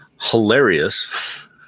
hilarious